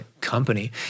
company